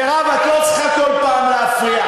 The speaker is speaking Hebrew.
מירב, את לא צריכה כל פעם להפריע.